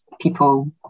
people